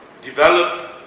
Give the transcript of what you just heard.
develop